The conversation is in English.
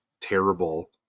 terrible